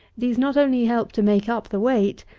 these not only help to make up the weight,